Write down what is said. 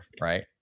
right